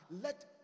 let